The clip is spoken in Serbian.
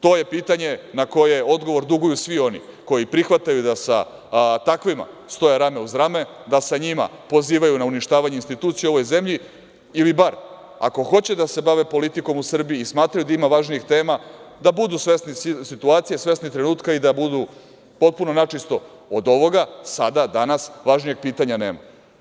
To je pitanje na koje odgovor duguju svi oni koji prihvataju da sa takvima stoje rame uz rame, da sa njima pozivaju na uništavanje institucija u ovoj zemlji, ili bar ako hoće da se bave politikom u Srbiji i smatraju da ima važnijih tema, da budu svesni situacije, svesni trenutka i da budu potpuno načisto od ovoga sada, danas, važnijeg pitanja nema.